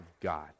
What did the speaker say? God